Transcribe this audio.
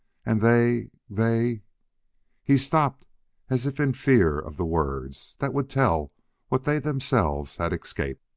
and they they he stopped as if in fear of the words that would tell what they themselves had escaped.